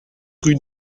rue